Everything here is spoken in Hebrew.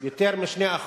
ביותר מ-2%,